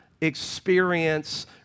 experience